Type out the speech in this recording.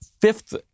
fifth